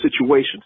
situations